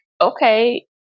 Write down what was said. okay